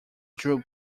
drew